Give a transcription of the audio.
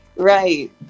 Right